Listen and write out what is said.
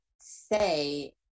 say